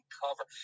cover